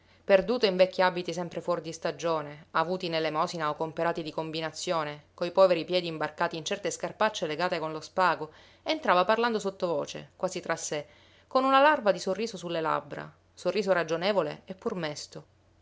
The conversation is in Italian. perduto in vecchi abiti sempre fuor di stagione avuti in elemosina o comperati di combinazione coi poveri piedi imbarcati in certe scarpacce legate con lo spago entrava parlando sottovoce quasi tra sé con una larva di sorriso su le labbra sorriso ragionevole e pur mesto